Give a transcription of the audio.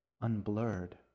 unblurred